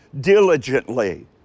diligently